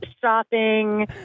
shopping